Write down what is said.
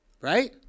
Right